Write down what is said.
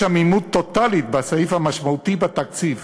יש עמימות טוטלית בסעיף המשמעותי בתקציב,